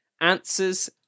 answers